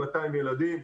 200 ילדים,